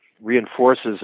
reinforces